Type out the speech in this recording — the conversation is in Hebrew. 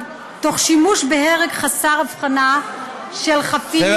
תוך שימוש בהרג חסר הבחנה של חפים מפשע.